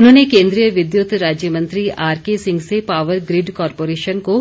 उन्होंने केन्द्रीय विद्युत राज्य मंत्री आरके सिंह से पावर ग्रिड कॉरपोरेशन को